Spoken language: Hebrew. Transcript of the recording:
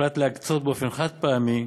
הוחלט להקצות, באופן חד-פעמי,